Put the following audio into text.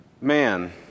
man